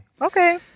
Okay